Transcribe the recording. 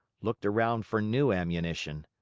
looked around for new ammunition.